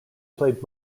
played